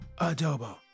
adobo